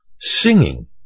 singing